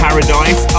Paradise